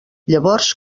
llavors